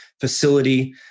facility